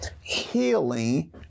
healing